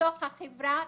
בתוך החברה,